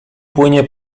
płynie